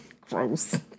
Gross